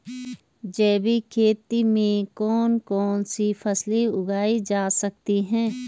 जैविक खेती में कौन कौन सी फसल उगाई जा सकती है?